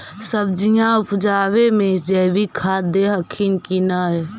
सब्जिया उपजाबे मे जैवीक खाद दे हखिन की नैय?